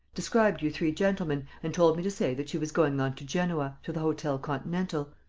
described you three gentlemen and told me to say that she was going on to genoa, to the hotel continental.